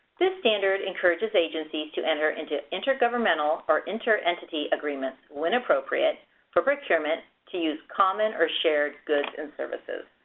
this standard encourages agencies to enter into intergovernmental or interentity agreements when appropriate for procurement to use common or shared goods and services.